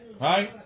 right